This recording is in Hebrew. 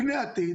פני עתיד,